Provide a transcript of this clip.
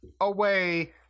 away